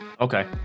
Okay